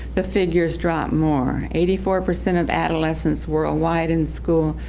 the figures drop more. eighty-four percent of adolescents worldwide in school,